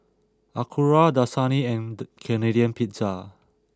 Acura Dasani and Canadian Pizza